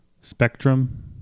Spectrum